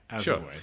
sure